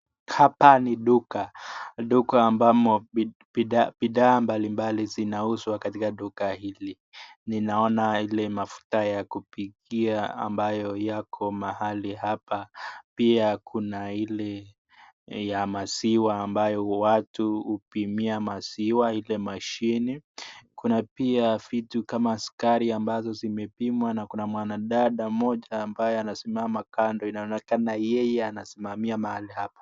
Hapa ni duka. Duka ambamo bidhaa mbalimbali zinauzwa. Katika duka hili ninaona ile mafuta ya kupikia ambayo yako mahali hapa. Pia kuna ile ya maziwa ambayo watu hupimia maziwa ile mashine. Kuna pia vita kama sukari amazo zimepimwa na kuna mwanadada mmoja ambaye anasimama kando. Inaonekana yeye anasimamia mahali hapa.